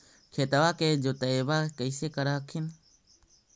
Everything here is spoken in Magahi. खेतबा के जोतय्बा कैसे कर हखिन?